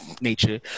nature